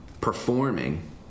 performing